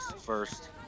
first